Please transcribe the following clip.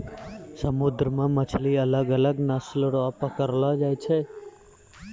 समुन्द्र मे मछली अलग अलग नस्ल रो पकड़लो जाय छै